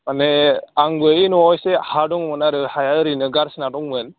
माने आंबो ओइ न'आव एसे हा दंमोन आरो हाया ओरैनो गारसोना दंमोन